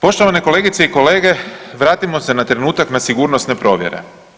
Poštovane kolegice i kolege vratimo se na trenutak na sigurnosne provjere.